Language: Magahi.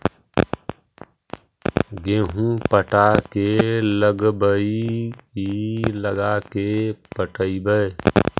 गेहूं पटा के लगइबै की लगा के पटइबै?